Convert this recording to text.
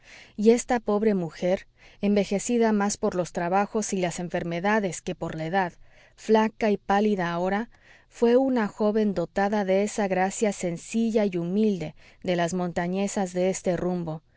y esta pobre mujer envejecida más por los trabajos y las enfermedades que por la edad flaca y pálida ahora fue una joven dotada de esa gracia sencilla y humilde de las montañesas de este rumbo